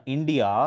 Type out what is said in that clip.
India